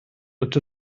let